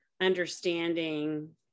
understanding